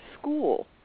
school